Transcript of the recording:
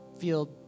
feel